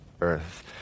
earth